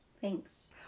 thanks